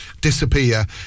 disappear